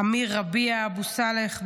אמיר רביע אבו סאלח,